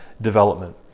development